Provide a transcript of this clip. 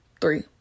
three